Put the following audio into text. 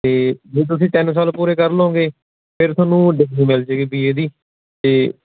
ਅਤੇ ਜੇ ਤੁਸੀਂ ਤਿੰਨ ਸਾਲ ਪੂਰੇ ਕਰ ਲਉਂਗੇ ਫਿਰ ਤੁਹਾਨੂੰ ਡਿਗਰੀ ਮਿਲ ਜਾਏਗੀ ਬੀ ਏ ਦੀ ਅਤੇ